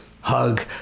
hug